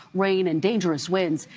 rain and dangerous winds.